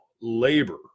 labor